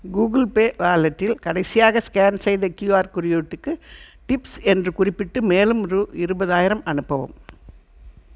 Google pay வாலெட்டில் கடைசியாக scan செய்த க்யூஆர் குறியீட்டுக்கு டிப்ஸ் என்று குறிப்பிட்டு மேலும் ரூ இருபதாயிரம் அனுப்பவும்